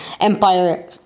Empire